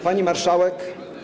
Pani Marszałek!